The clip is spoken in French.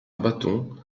bâton